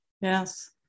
Yes